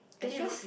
there's just